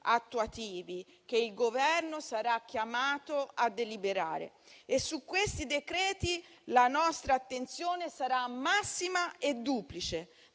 attuativi che il Governo sarà chiamato a deliberare. E su questi decreti la nostra attenzione sarà massima e duplice: